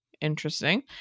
interesting